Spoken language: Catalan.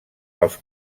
pels